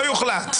לא יוחלט.